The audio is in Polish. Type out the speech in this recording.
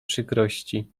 przykrości